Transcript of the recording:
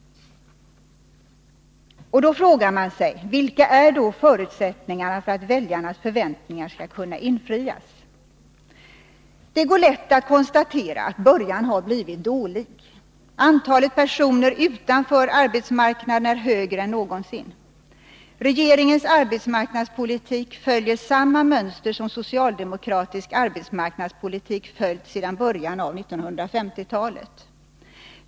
Då undrar man: Vilka är förutsättningarna för att väljarnas förväntningar skall kunna infrias? Det går lätt att konstatera att början har blivit dålig. Antalet personer utanför arbetsmarknaden är högre än någonsin. Regeringens arbetsmarknadspolitik följer samma mönster som socialdemokratisk arbetsmarknadspolitik följt sedan början av 1950-talet.